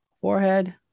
forehead